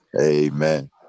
amen